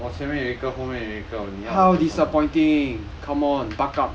我前面我前面有一个后面有一个你要